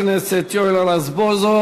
תודה לחבר הכנסת יואל רזבוזוב.